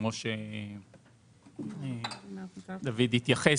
כפי שדוד אלחייני התייחס